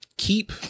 Keep